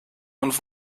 und